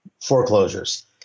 Foreclosures